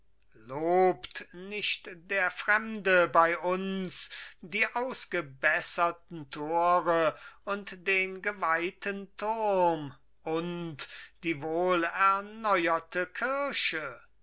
lobt nicht der fremde bei uns die ausgebesserten tore und den geweihten turm und die wohlerneuerte kirche